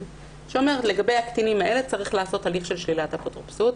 שאומר שלגבי הקטינים האלה צריך לעשות הליך של שלילת אפוטרופסות.